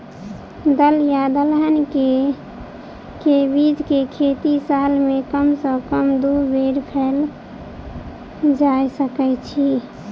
दल या दलहन केँ के बीज केँ खेती साल मे कम सँ कम दु बेर कैल जाय सकैत अछि?